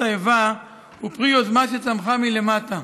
האיבה הוא פרי יוזמה שצמחה מלמטה: